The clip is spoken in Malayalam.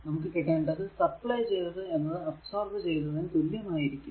നമുക്ക് കിട്ടേണ്ടത് സപ്ലൈ ചെയ്തത് എന്നത് അബ്സോർബ് ചെയ്തതിനു തുല്യം ആയിരിക്കും